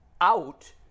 out